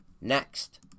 Next